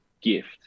gift